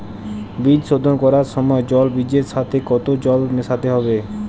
বীজ শোধন করার সময় জল বীজের সাথে কতো জল মেশাতে হবে?